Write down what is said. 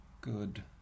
good